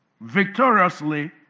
victoriously